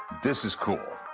this is cool.